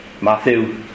Matthew